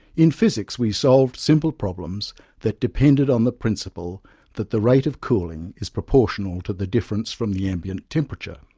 in physics we solved simple problems that depended on the principle that the rate of cooling is proportional to the difference from the ambient temperature.